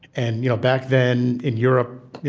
and you know back then, in europe,